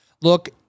Look